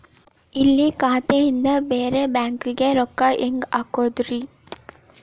ಇಲ್ಲಿ ಖಾತಾದಿಂದ ಬೇರೆ ಬ್ಯಾಂಕಿಗೆ ರೊಕ್ಕ ಹೆಂಗ್ ಹಾಕೋದ್ರಿ?